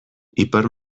ipar